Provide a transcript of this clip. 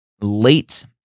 late